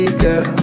girl